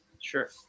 Sure